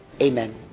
Amen